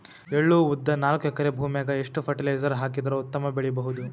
ಎಳ್ಳು, ಉದ್ದ ನಾಲ್ಕಎಕರೆ ಭೂಮಿಗ ಎಷ್ಟ ಫರಟಿಲೈಜರ ಹಾಕಿದರ ಉತ್ತಮ ಬೆಳಿ ಬಹುದು?